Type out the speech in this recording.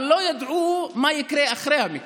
אבל לא ידעו מה יקרה אחרי המקרה.